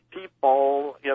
people